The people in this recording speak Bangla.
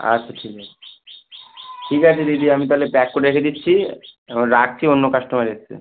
আচ্ছা ঠিক আছে ঠিক আছে দিদি আমি তালে প্যাক করে রেখে দিচ্ছি এখন রাখছি অন্য কাস্টমার এসছে